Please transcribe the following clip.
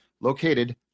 located